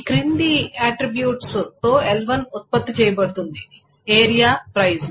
ఈ క్రింది ఆట్రిబ్యూట్స్ తో L1 ఉత్పత్తి చేయబడుతుందిఏరియా ప్రైస్